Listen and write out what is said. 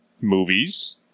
movies